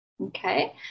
Okay